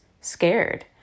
scared